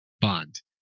bond